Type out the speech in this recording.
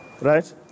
Right